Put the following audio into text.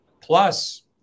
Plus